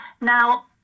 Now